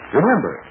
Remember